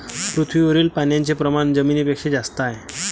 पृथ्वीवरील पाण्याचे प्रमाण जमिनीपेक्षा जास्त आहे